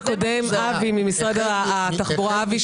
התקציב שקיבל משרד התחבורה הוא עבור תכנון סטטוטורי,